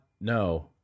no